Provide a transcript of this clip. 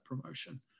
promotion